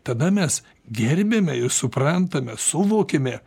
tada mes gerbiame ir suprantame suvokiame